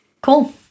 Cool